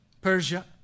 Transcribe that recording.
Persia